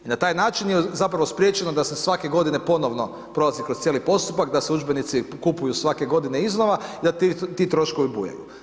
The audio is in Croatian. I na taj način je zapravo spriječeno da se svake godine ponovno prolazi kroz cijeli postupak da se udžbenici kupuju svake godine iznova i da ti troškovi bujaju.